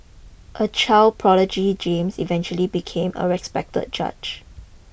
a child prodigy James eventually became a respected judge